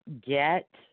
get